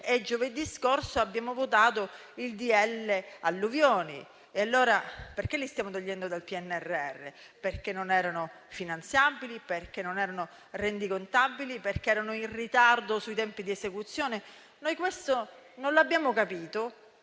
giovedì scorso abbiamo votato il decreto-legge alluvioni. Perché li stiamo togliendo dal PNRR? Perché non erano finanziabili, perché non erano rendicontabili o perché erano in ritardo sui tempi di esecuzione? Noi questo non l'abbiamo capito